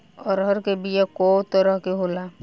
अरहर के बिया कौ तरह के होला?